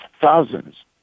thousands